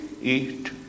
eat